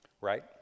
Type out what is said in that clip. Right